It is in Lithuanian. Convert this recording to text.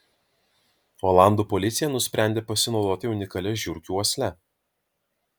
olandų policija nusprendė pasinaudoti unikalia žiurkių uosle